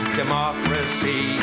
democracy